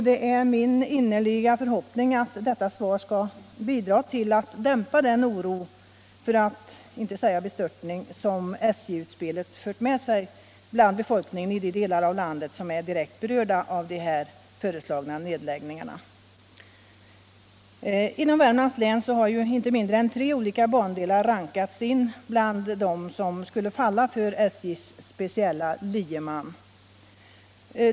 Det är min innerliga förhoppning att detta svar skall bidra till att dämpa den oro, för att inte säga bestörtning, som SJ-utspelet fört med sig bland befolkningen i de delar av landet som är direkt berörda av de föreslagna nedläggningarna. Inom Värmlands län har inte mindre än tre olika bandelar rankats in bland dem som skall falla för SJ:s speciella lieman.